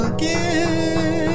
Again